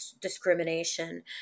discrimination